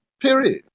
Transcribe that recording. Period